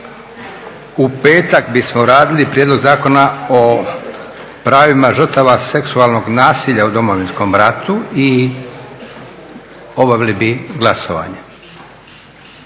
U petak bismo radili Prijedlog Zakona o pravima žrtava seksualnog nasilja u Domovinskom ratu i obavili bi glasovanje.